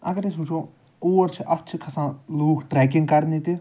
اَگر أسۍ وُچھُو اور چھِ اَتھ چھِ کھسان لوٗکھ ٹرٛیکِنٛگ کرنہِ تہِ